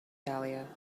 dahlia